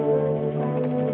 or